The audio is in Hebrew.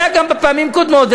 היה גם בפעמים קודמות.